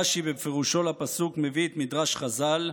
רש"י, בפירושו לפסוק, הביא את מדרש חז"ל: